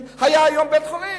היה היום בית-חולים,